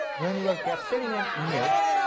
when you are capturing an image,